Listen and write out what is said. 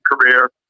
career